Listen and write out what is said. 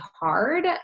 hard